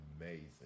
amazing